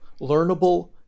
learnable